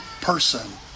person